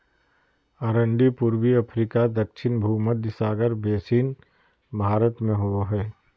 अरंडी पूर्वी अफ्रीका दक्षिण भुमध्य सागर बेसिन भारत में होबो हइ